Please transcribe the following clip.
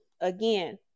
Again